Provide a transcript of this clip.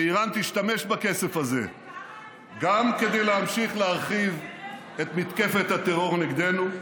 ואיראן תשתמש בכסף הזה גם כדי להמשיך להרחיב את מתקפת הטרור נגדנו,